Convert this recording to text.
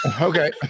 okay